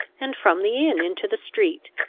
and from the inn into the street.